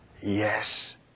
Yes